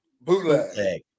Bootleg